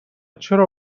چرا